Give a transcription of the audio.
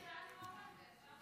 יש לי הצעת חוק על זה,